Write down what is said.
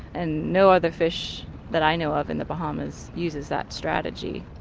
and no other fish that i know of in the bahamas uses that strategy.